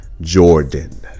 Jordan